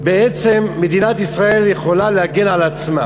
שמדינת ישראל יכולה להגן על עצמה.